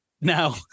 Now